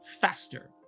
faster